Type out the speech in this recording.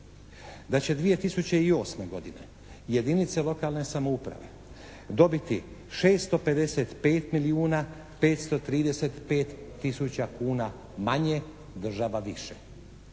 Da će 2008. godine jedinice lokalne samouprave dobiti 655 milijuna 535 tisuća kuna manje, država više.